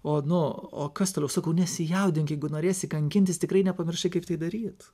o nu o kas toliau sakau nesijaudink jeigu norėsi kankintis tikrai nepamiršai kaip tai daryt